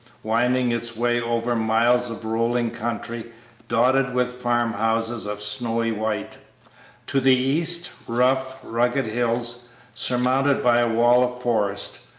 winding its way over miles of rolling country dotted with farm-houses of snowy white to the east, rough, rugged hills surmounted by a wall of forest,